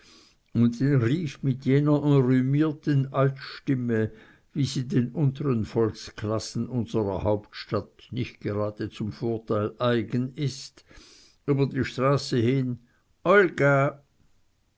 und rief mit jener enrhümierten altstimme wie sie den unteren volksklassen unserer hauptstadt nicht gerade zum vorteil eigen ist über die straße hin olga